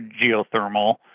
geothermal